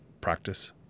practice